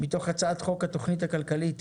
מתוך הצעת חוק התוכנית הכלכלית,